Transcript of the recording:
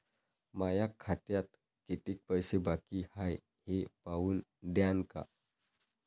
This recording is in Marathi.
माया खात्यात कितीक पैसे बाकी हाय हे पाहून द्यान का?